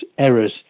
errors